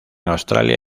australia